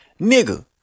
Nigga